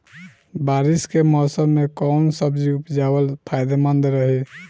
बारिश के मौषम मे कौन सब्जी उपजावल फायदेमंद रही?